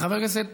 חבר הכנסת